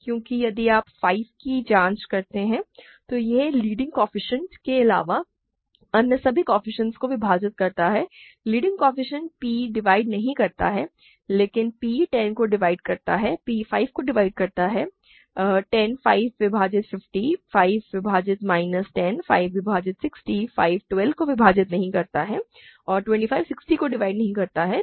क्योंकि यदि आप 5 की जांच करते हैं तो यह लीडिंग कोएफ़िशिएंट के अलावा अन्य सभी कोएफ़िशिएंटस को विभाजित करता है लीडिंग कोएफ़िशिएंट p डिवाइड नहीं करता है लेकिन p 10 को डिवाइड करता है p 5 को डिवाइड करता है 10 5 विभाजित 50 5 विभाजित माइनस 10 5 विभाजित 60 5 12 को विभाजित नहीं करता है और 25 60 को डिवाइड नहीं करता है